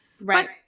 Right